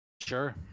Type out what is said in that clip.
Sure